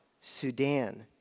Sudan